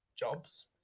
Jobs